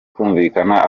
kumvikana